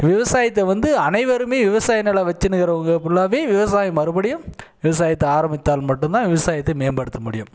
விவசாயத்தை வந்து அனைவருமே விவசாய நிலம் வச்சுன்னுருக்கிறவங்க ஃபுல்லாகவே விவசாயம் மறுபடியும் விவசாயத்தை ஆரம்பித்தால் மட்டுந்தான் விவசாயத்தை மேம்படுத்த முடியும்